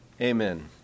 amen